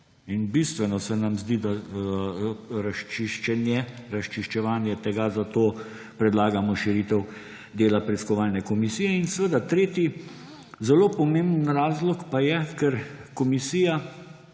In bistveno se nam zdi razčiščevanje tega, zato predlagamo širitev dela preiskovalne komisije. In seveda tretji zelo pomemben razlog pa je, ker komisija